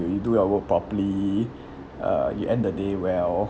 when you do your work properly uh you end the day well